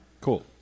Cool